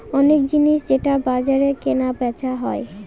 অনেক জিনিস যেটা বাজারে কেনা বেচা হয়